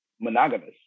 monogamous